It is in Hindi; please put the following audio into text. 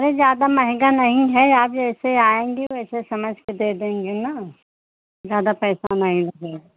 अरे ज़्यादा महँगा नहीं है आप जैसे आएँगे वैसे समझकर दे देंगे ना ज़्यादा पैसा नहीं